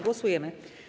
Głosujemy.